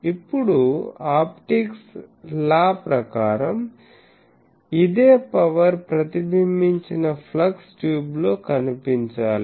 ఇప్పుడు optics law ప్రకారం ఇదే పవర్ ప్రతిబింబించిన ఫ్లక్స్ ట్యూబ్లో కనిపించాలి